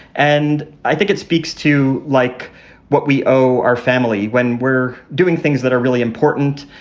and i think it speaks to like what we owe our family when we're doing things that are really important,